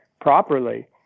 properly